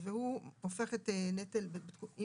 אם